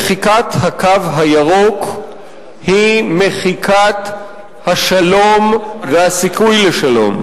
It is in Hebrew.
מחיקת "הקו הירוק" היא מחיקת השלום והסיכוי לשלום.